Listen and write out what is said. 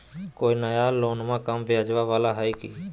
कोइ नया लोनमा कम ब्याजवा वाला हय की?